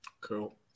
Cool